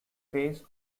phase